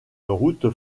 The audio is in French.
route